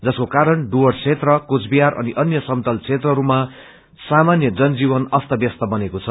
जसको क्वरण डुर्वस क्षेत्र कोचविहार अनि अन्य समतल क्षेत्रहरूमा सामान्य जन जीवन अस्त व्यस्त बनेको छ